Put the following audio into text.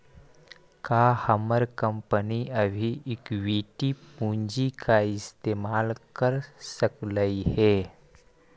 का हमर कंपनी अभी इक्विटी पूंजी का इस्तेमाल कर सकलई हे